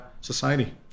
society